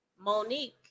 Monique